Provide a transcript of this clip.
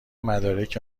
مدارک